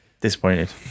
disappointed